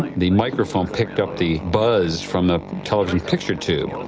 the microphone picked up the buzz from the television picture tube,